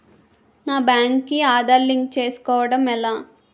నా బ్యాంక్ కి ఆధార్ లింక్ చేసుకోవడం ఎలా?